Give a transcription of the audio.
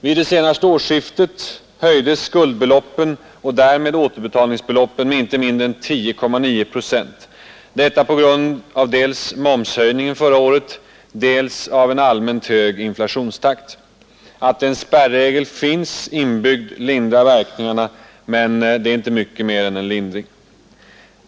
Vid det senaste årsskiftet höjdes skuldbeloppen och därmed återbetalningsbeloppen med inte mindre än 10,9 procent — detta dels på grund av momshöjningen förra året, dels på grund av en allmänt hög inflationstakt. Att en spärregel finns inbyggd lindrar verkningarna, men den gör inte mycket mer än lindrar.